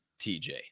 tj